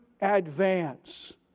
advance